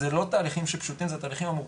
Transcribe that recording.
זה לא תהליכים שפשוטים,